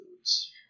foods